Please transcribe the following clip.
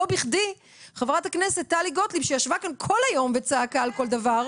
לא בכדי חברת הכנסת טלי גוטליב שישבה כאן כל היום וצעקה על כל דבר,